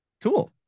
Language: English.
Cool